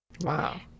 Wow